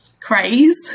craze